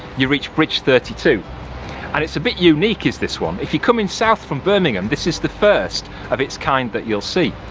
you reach bridge thirty two and it's a bit unique is this one. if you're coming south from birmingham, this is the first of its kind that you'll see,